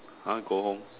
!huh! go home